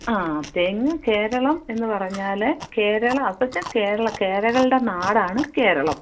ആ തെങ്ങ് കേരളം എന്ന് പറഞ്ഞാൽ കേരളം അതിന് കേരളം കേരകളുടെ നാടാണ് കേരളം